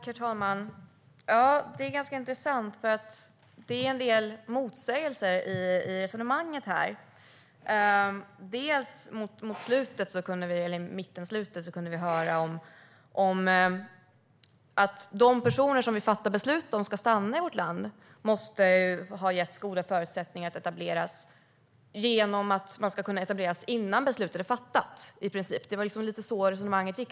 Herr talman! Det är ganska intressant att det finns en del motsägelser i resonemanget. I mitten och i slutet av anförandet kunde vi höra att de personer som vi fattar beslut om ska stanna i vårt land måste ges goda förutsättningar att etablera sig genom att de i princip ska kunna etablera sig innan beslutet är fattat. Det var lite så resonemanget gick.